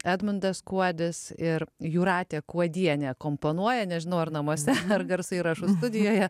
edmundas kuodis ir jūratė kuodienė komponuoja nežinau ar namuose ar garso įrašų studijoje